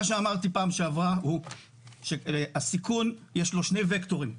מה שאמרתי בפעם שעברה הוא שלסיכון יש שני וקטורים,